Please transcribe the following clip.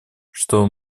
что